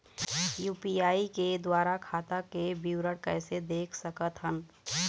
UPI के द्वारा खाता के विवरण कैसे देख सकत हन?